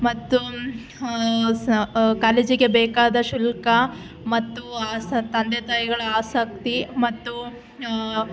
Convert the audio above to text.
ಮತ್ತು ಕಾಲೇಜಿಗೆ ಬೇಕಾದ ಶುಲ್ಕ ಮತ್ತು ತಂದೆ ತಾಯಿಗಳ ಆಸಕ್ತಿ ಮತ್ತು